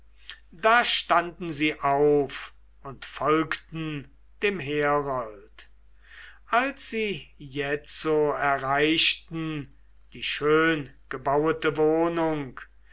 da standen sie auf und folgten dem herold als sie jetzo erreichten die schöngebauete wohnung